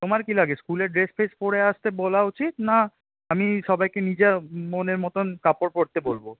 তোমার কি লাগে স্কুলের ড্রেস ফ্রেস পরে আসতে বলা উচিৎ না আমি সবাইকে নিজের মনের মতন কাপড় পরতে বলব